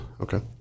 Okay